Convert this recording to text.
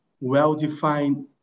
well-defined